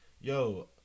yo